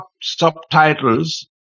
subtitles